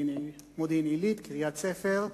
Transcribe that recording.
מודיעין-עילית, קריית-ספר,